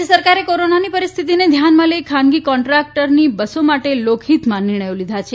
રાજ્ય સરકારે કોરોનાની પરિસ્થિતિને ધ્યાનમાં લઈને ખાનગી કોન્ટ્રાક્ટની બસો માટે લોકહિતમાં નિર્ણથો લીધા છે